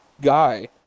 guy